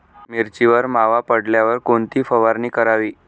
मिरचीवर मावा पडल्यावर कोणती फवारणी करावी?